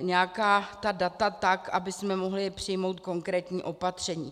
nějaká ta data tak, abychom mohli přijmout konkrétní opatření.